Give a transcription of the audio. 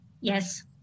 Yes